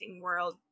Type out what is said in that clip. world